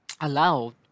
allowed